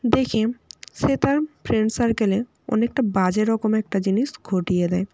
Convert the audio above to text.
দেখে সে তার ফ্রেন্ড সার্কেলে অনেকটা বাজে রকম একটা জিনিস ঘটিয়ে দেয়